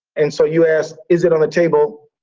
and so you asked, is it on the table?